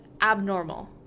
abnormal